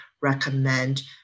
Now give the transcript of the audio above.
recommend